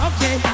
Okay